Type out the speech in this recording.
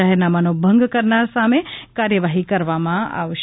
જાહેરનામાનો ભંગ કરનાર સામે કાર્યવાહી કરવામાં આવશે